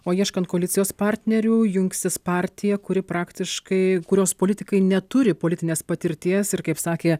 o ieškant koalicijos partnerių jungsis partija kuri praktiškai kurios politikai neturi politinės patirties ir kaip sakė